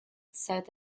south